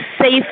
safe